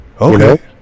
Okay